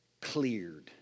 cleared